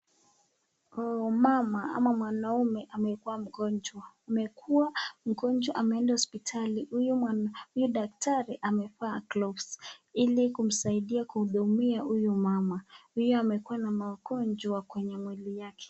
Mama ama mwanaume amekuwa mgonjwa. Amekuwa mgonjwa, ameenda hospitali. Huyu daktari amevaa gloves ili kumsaidia kuhudumia huyu mama. Huyu amekuwa na maugonjwa kwenye mwili yake.